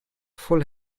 voll